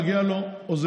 מגיע לו עוזר,